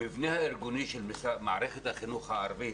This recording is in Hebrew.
המבנה הארגוני של מערכת החינוך הערבית